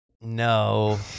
No